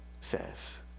says